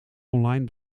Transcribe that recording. online